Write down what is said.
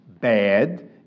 bad